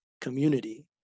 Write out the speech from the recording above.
community